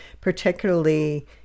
particularly